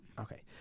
Okay